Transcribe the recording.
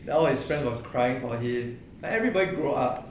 then all his friends were crying for him and everybody grow up